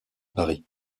paris